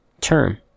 term